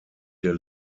der